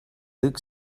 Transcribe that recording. look